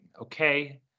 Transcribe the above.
okay